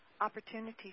opportunities